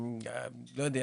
לא יודע,